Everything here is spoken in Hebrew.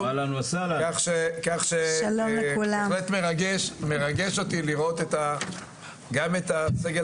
כך שבהחלט מרגש אותי לראות גם את הסגל